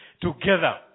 together